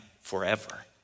forever